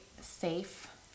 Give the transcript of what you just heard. safe